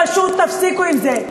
פשוט תפסיקו עם זה.